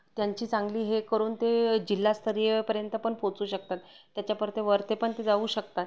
त्यांची चांगली हे करून ते जिल्हास्तरीय पर्यंत पण पोचू शकतात त्याच्यापर्यंत वरती पण ते जाऊ शकतात